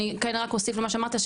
אני כן רק אוסיף למה שאמרת,